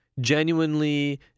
genuinely